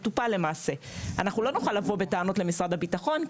אנחנו לא נוכל לבוא בטענות כלפי משרד הביטחון,